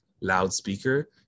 loudspeaker